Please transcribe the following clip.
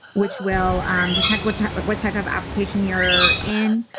which will detect what type but what type of application you're in.